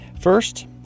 First